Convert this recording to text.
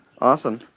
Awesome